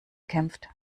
kämpft